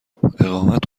اقامت